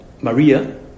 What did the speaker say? Maria